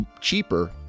cheaper